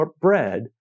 bread